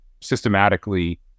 systematically